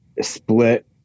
split